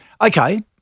Okay